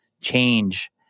change